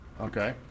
okay